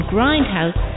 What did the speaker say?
Grindhouse